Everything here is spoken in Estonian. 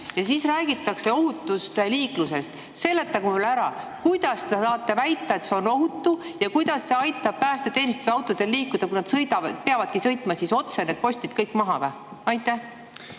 ja siis räägitakse ohutust liiklusest. Seletage mulle ära, kuidas te saate väita, et see on ohutu, ja kuidas see aitab päästeteenistuse autodel liikuda. Kas nad peavadki sõitma otse need postid kõik maha või? Tänan,